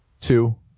Two